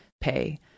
pay